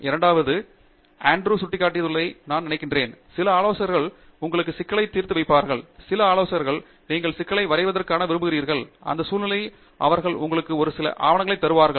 இரண்டாவதாக அன்ட்ரூ சுட்டிக்காட்டியுள்ளதை நான் நினைக்கிறேன் சில ஆலோசகர்கள் உங்களுக்கு சிக்கலைத் தீர்த்து வைப்பார்கள் சில ஆலோசகர்கள் நீங்கள் சிக்கலை வரையறுக்க விரும்புகிறீர்கள் அந்த சூழலில் அவர்கள் உங்களுக்கு ஒரு சில ஆவணங்களைத் தருவார்கள்